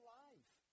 life